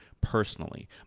personally